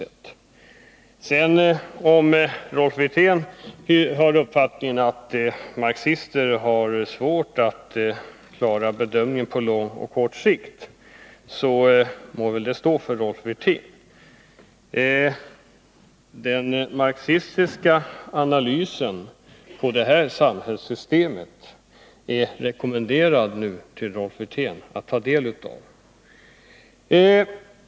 Om sedan Rolf Wirtén har uppfattningen att marxister har svårt att klara bedömningen på lång och kort sikt, må det stå för Rolf Wirtén. Jag rekommenderar honom emellertid att ta del av den marxistiska analysen av det nuvarande samhällssystemet.